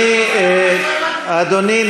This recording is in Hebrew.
אדוני,